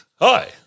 Hi